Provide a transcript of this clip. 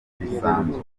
ibisambo